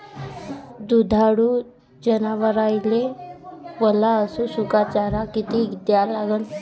दुधाळू जनावराइले वला अस सुका चारा किती द्या लागन?